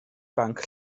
banc